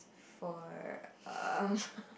for um